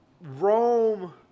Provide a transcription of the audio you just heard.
Rome